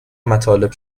مطالب